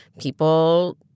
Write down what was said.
people